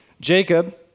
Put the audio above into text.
Jacob